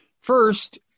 First